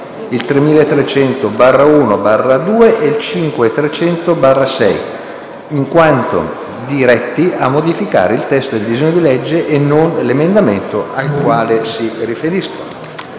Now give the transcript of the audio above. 3.300/1, 3.300/2 e 5.300/6, in quanto diretti a modificare il testo del disegno di legge e non l'emendamento al quale si riferiscono.